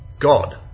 God